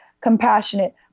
compassionate